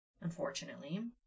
Unfortunately